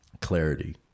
clarity